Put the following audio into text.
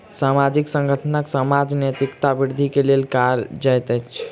सामाजिक संगठन समाजक नैतिकता वृद्धि के लेल काज कयलक